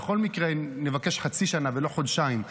בכל מקרה נבקש חצי שנה ולא חודשיים.